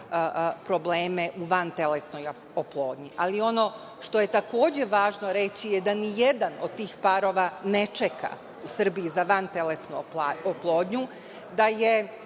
probleme u vantelesnoj oplodnji. Ali, ono što je takođe važno reći je da nijedan od tih parova ne čeka u Srbiji za vantelesnu oplodnju, da je